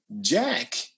Jack